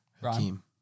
Hakeem